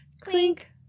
Clink